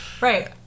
Right